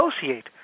associate